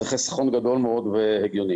זה חיסכון גדול מאוד והגיוני.